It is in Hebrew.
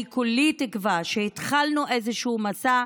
אני כולי תקווה שהתחלנו איזשהו מסע,